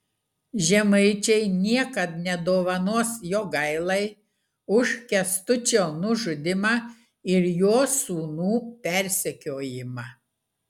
žemaičiai niekad nedovanos jogailai už kęstučio nužudymą ir jo sūnų persekiojimą